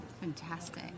Fantastic